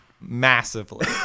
Massively